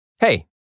Hey